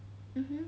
mmhmm